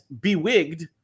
bewigged